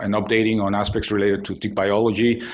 and updating on aspects related to tick biology,